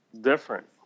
different